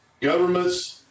governments